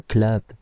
Club